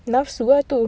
lost world itu